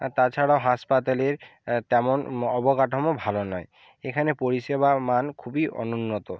আর তাছাড়াও হাসপাতালের তেমন অবকাঠামো ভালো নয় এখানে পরিষেবার মান খুবই অনুন্নত